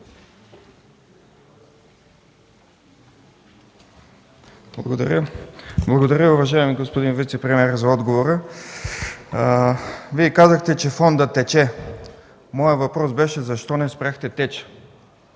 (Атака): Благодаря, уважаеми господин вицепремиер, за отговора. Вие казахте, че фондът тече. Моят въпрос беше: защо не спряхте теча,